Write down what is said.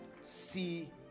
see